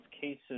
cases